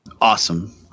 Awesome